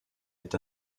est